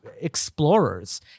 explorers